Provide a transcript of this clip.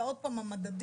זה עוד פעם המדדים.